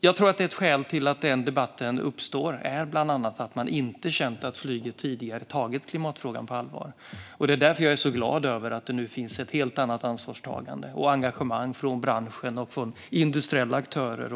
Jag tror att ett skäl till att debatten uppstår bland annat är att man inte har känt att flyget tidigare har tagit klimatfrågan på allvar. Det är därför jag är så glad att det nu finns ett helt annat ansvarstagande och engagemang från branschen och från industriella aktörer.